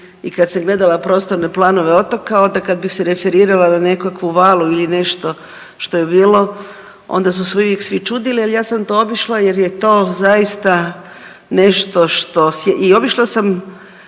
i kad sam gledala prostorne planove otoka onda kad bi se referirala na nekakvu valu ili nešto što je bilo onda su se uvijek svi čudili, ali ja sam to obišla jer je to zaista nešto što